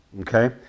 Okay